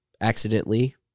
accidentally